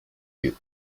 you